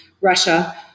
Russia